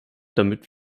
damit